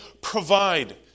provide